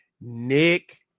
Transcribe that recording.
Nick